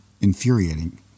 infuriating